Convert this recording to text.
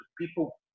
people